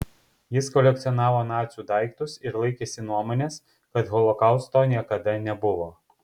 jis kolekcionavo nacių daiktus ir laikėsi nuomonės kad holokausto niekada nebuvo